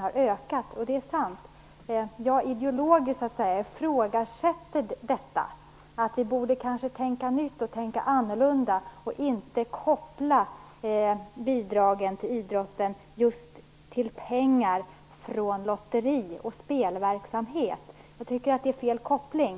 har ökat. Det är sant. Men jag ifrågasätter detta rent ideologiskt. Vi borde kanske tänka nytt och annorlunda och inte koppla bidragen till idrotten till just pengar från lotteri och spelverksamhet. Jag tycker att det är fel med en sån koppling.